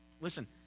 Listen